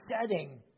setting